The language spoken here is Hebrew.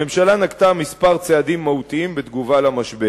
הממשלה נקטה כמה צעדים מהותיים בתגובה למשבר: